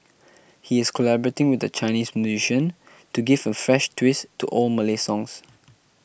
he is collaborating with a Chinese musician to give a fresh twist to old Malay songs